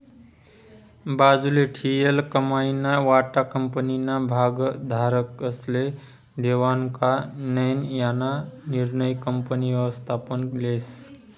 बाजूले ठीयेल कमाईना वाटा कंपनीना भागधारकस्ले देवानं का नै याना निर्णय कंपनी व्ययस्थापन लेस